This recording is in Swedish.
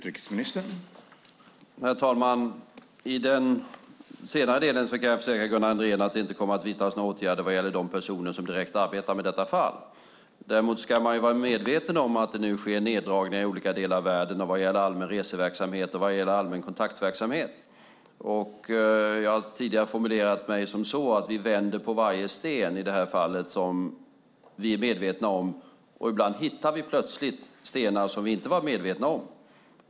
Herr talman! I den senare delen kan jag försäkra Gunnar Andrén att det inte kommer att vidtas några åtgärder vad gäller de personer som direkt arbetar med detta fall. Däremot ska man vara medveten om att det nu sker neddragningar i olika delar av världen och när det gäller allmän reseverksamhet och allmän kontaktverksamhet. Jag har tidigare formulerat mig som så att vi vänder på varje sten i detta fall som vi är medvetna om. Ibland hittar vi plötsligt stenar som vi inte var medvetna om.